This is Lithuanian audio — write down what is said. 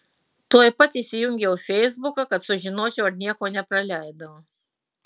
tuoj pat įsijungiau feisbuką kad sužinočiau ar nieko nepraleidau